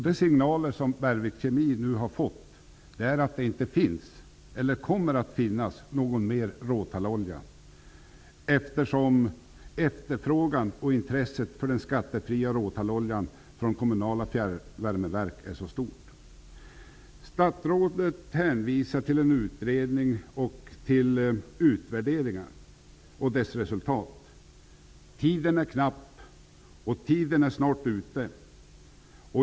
De signaler som Bergvik Kemi nu har fått är att det inte finns eller kommer att finnas någon mer råtallolja, eftersom efterfrågan och intresset för den skattefria råtalloljan är så stort från kommunala fjärrvärmeverk. Statsrådet hänvisar till en utredning, till utvärderingar och deras resultat. Tiden är knapp, den är snart ute.